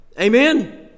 Amen